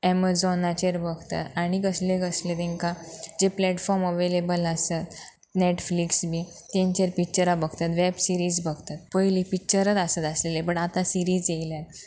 ऍमझॉनाचेर बघतात आनी कसले कसले तेंकां जे प्लेटफॉर्म अवेलेबल आसत नॅटफ्लिक्स बी तेंचेर पिक्चरां बघतात वॅब सिरीझ बघतात पयलीं पिक्चरच आसत आसलेले बट आतां सिरीझ येयल्यात